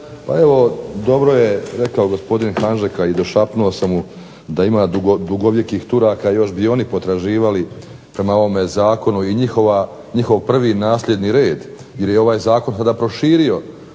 Pa evo dobro je rekao gospodin Hanžek i došapnuo sam mu da ima dugovjekih turaka još bi oni potraživali po ovome zakonu, njihov prvi nasljedni red jer je ovaj Zakon proširio